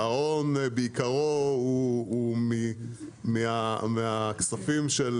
ההון, בעיקרו, הוא מהכספים של